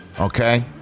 Okay